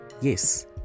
yes